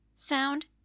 sound